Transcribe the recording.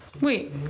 Wait